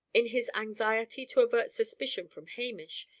in his anxiety to avert suspicion from hamish,